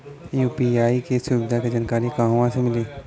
UPI के सुविधा के जानकारी कहवा से मिली?